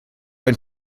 ein